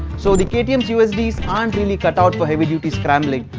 so the ktm's usds aren't really cut out for heavy-duty scrambling.